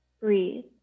Breathe